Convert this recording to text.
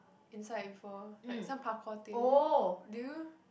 inside before like some parkour thing do you